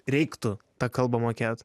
reiktų tą kalbą mokėt